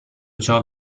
ciò